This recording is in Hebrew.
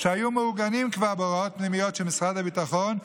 שכבר היו מעוגנים בהוראות פנימיות של משרד הביטחון,